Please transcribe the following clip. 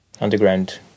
underground